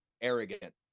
arrogant